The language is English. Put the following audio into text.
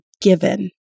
given